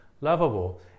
lovable